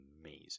amazing